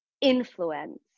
influence